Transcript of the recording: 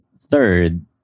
Third